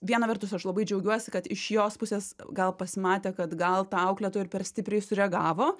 viena vertus aš labai džiaugiuosi kad iš jos pusės gal pasimatė kad gal ta auklėtoja ir per stipriai sureagavo